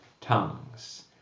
tongues